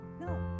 No